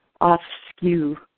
off-skew